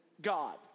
God